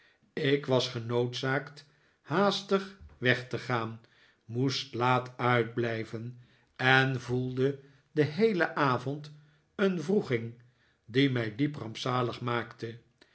ik was genoodzaakt haastig weg te gaan moest laat uitblijven en voelde den heelen avond een wroeging die mij diep rampzalig maakte